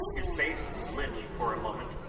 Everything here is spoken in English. his face lit for a moment,